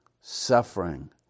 suffering